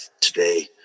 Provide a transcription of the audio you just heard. today